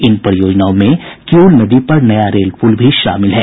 इन परियोजनाओं में क्यूल नदी पर नया रेल पुल भी शामिल है